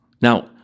Now